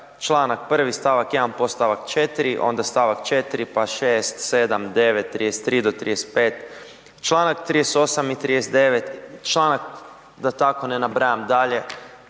čl. 1. stavak 1. podstavak 4. onda stavak 4., pa 6., 7., 9., 33. do 35., čl. 38. i 39., članak da tako ne nabrajam dalje,